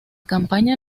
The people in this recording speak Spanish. campaña